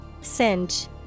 Singe